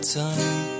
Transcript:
time